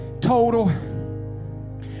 total